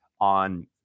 on